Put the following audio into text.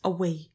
Away